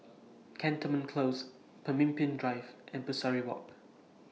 Cantonment Close Pemimpin Drive and Pesari Walk